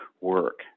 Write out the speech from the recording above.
work